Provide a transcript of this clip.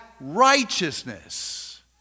righteousness